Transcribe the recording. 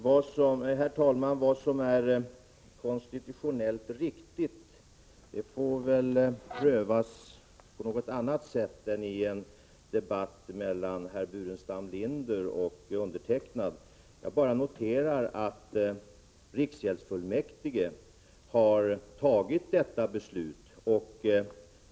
Herr talman! Vad som är konstitutionellt riktigt får väl prövas på något annat sätt än i en debatt mellan herr Burenstam Linder och mig. Jag noterar bara att riksgäldsfullmäktige har fattat detta beslut.